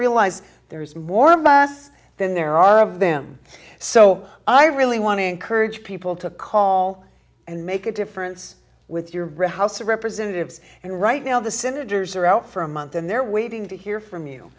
realize there is more about us than there are of them so i really want to encourage people to call and make a difference with your house of representatives and right now the senators are out for a month and they're waiting to hear from you